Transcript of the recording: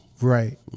Right